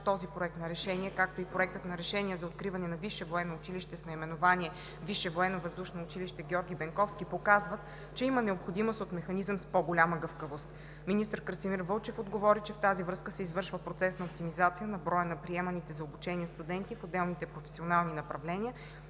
този Проект на решение, както и Проектът на решение за откриване на Висше военно училище с наименование „Висше военновъздушно училище „Георги Бенковски“ показват, че има необходимост от механизъм с по-голяма гъвкавост. Министър Красимир Вълчев отговори, че в тази връзка се извършва процес на оптимизация на броя на приеманите за обучение студенти в отделните професионални направления,